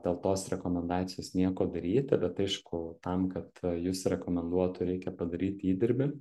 dėl tos rekomendacijos nieko daryti bet aišku tam kad jus rekomenduotų reikia padaryti įdirbį